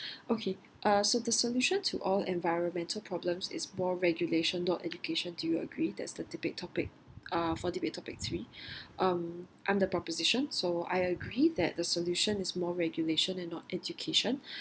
okay uh so the solution to all environmental problems is more regulation not education do you agree that's the debate topic ah for debate topic three um I'm the proposition so I agree that the solution is more regulation and not education